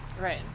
Right